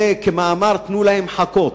זה כמאמר "תנו להם חכות".